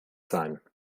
sein